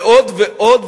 ועוד ועוד,